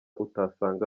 utasanga